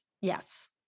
Yes